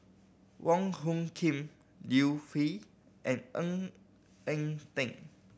Wong Hung Khim Liu Peihe and Ng Eng Teng